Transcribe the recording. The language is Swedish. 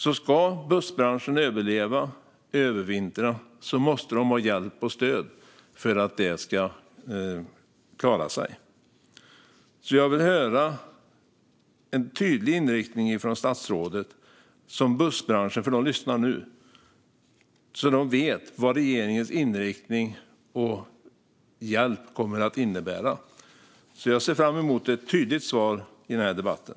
Ska bussbranschen överleva, övervintra och klara sig måste den ha hjälp och stöd. Jag vill höra en tydlig inriktning från statsrådet, så att bussbranschen - de lyssnar nu - vet vad regeringens inriktning och hjälp kommer att innebära. Jag ser fram emot ett tydligt svar i den här debatten.